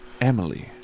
Emily